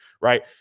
right